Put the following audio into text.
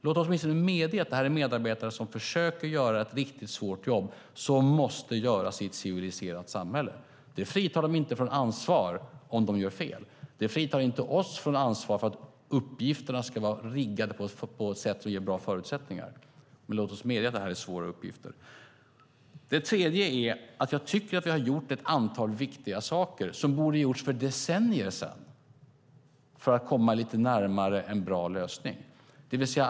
Låt oss åtminstone medge att det här är medarbetare som försöker göra ett riktigt svårt jobb som måste göras i ett civiliserat samhälle. Det fritar dem inte från ansvar om de gör fel, och det fritar inte oss från ansvar för att uppgifterna ska vara riggade på ett sätt som ger bra förutsättningar. Låt oss dock medge att det här är svåra uppgifter. Det tredje är att jag tycker att vi har gjort ett antal viktiga saker, som borde ha gjorts för decennier sedan, för att komma lite närmare en bra lösning.